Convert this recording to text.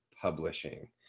publishing